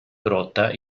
grotta